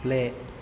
play